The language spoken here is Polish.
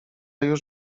już